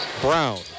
Brown